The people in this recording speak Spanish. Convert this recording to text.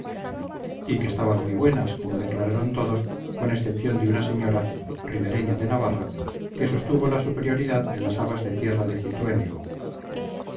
y que estaban muy buenas como declararon todos con excepción de una señora ribereña de navarra que sostuvo la superioridad de las habas de tierra de